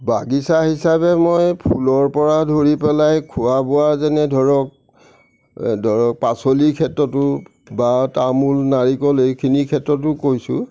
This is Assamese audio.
বাগিচা হিচাবে মই ফুলৰ পৰা ধৰি পেলাই খোৱা বোৱা যেনে ধৰক ধৰক পাচলি ক্ষেত্ৰটো বা তামোল নাৰিকল এইখিনি ক্ষেত্ৰতো কৈছোঁ